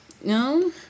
No